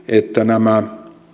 että näillä